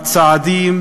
בצעדים